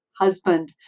husband